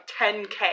10K